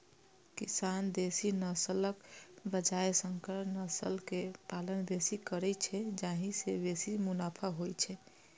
किसान देसी नस्लक बजाय संकर नस्ल के पालन बेसी करै छै, जाहि सं बेसी मुनाफा होइ छै